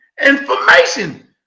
information